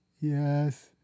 Yes